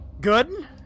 Good